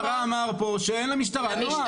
נציג המשטרה אמר פה שאין למשטרה נוהל.